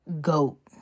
goat